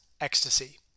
ecstasy